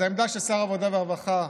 אז העמדה של שר העמדה והרווחה,